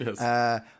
Yes